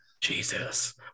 Jesus